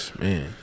Man